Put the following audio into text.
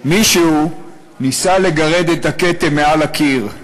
"מישהו ניסה לגרד את הכתם מעל הקיר.